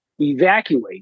evacuate